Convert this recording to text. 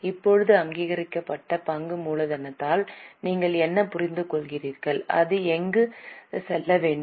இப்போது அங்கீகரிக்கப்பட்ட பங்கு மூலதனத்தால் நீங்கள் என்ன புரிந்துகொள்கிறீர்கள் அது எங்கு செல்ல வேண்டும்